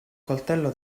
coltello